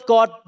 God